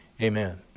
Amen